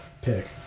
pick